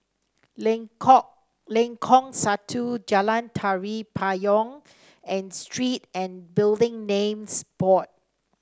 Lengkong Lengkong Satu Jalan Tari Payong and Street and Building Names Board